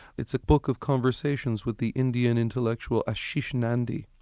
it's a book of conversations with the indian intellectual, ashis nandi.